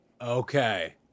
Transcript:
Okay